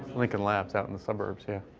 lincoln labs out in the suburbs. yeah.